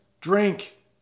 Drink